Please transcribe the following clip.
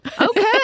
Okay